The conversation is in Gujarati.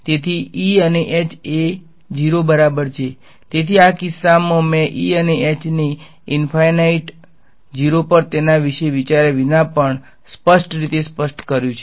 તેથી અને એ શૂન્ય છે તેથી આ કિસ્સામાં મેં અને ને ઈંફાઈનાઈટ પર તેના વિશે વિચાર્યા વિના પણ સ્પષ્ટ રીતે શૂન્ય સ્પષ્ટ કર્યું છે